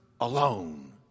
alone